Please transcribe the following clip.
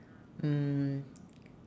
mm